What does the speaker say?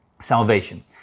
salvation